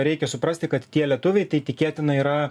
reikia suprasti kad tie lietuviai tai tikėtina yra